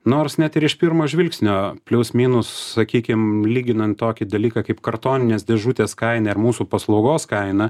nors net ir iš pirmo žvilgsnio plius minus sakykim lyginant tokį dalyką kaip kartoninės dėžutės kainą ir mūsų paslaugos kainą